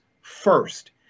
first